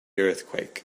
earthquake